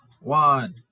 one